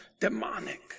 demonic